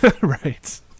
Right